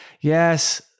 yes